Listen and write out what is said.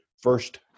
first